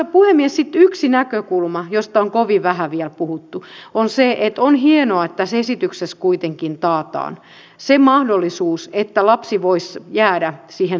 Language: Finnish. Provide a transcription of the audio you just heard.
sitten yksi näkökulma josta on kovin vähän vielä puhuttu on se että on hienoa että tässä esityksessä kuitenkin taataan se mahdollisuus että lapsi voisi jäädä siihen samaan hoitopaikkaan